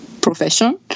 profession